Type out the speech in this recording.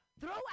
throw